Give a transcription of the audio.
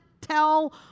tell